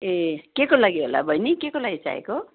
ए केको लागि होला बहिनी केको लागि चाहिएको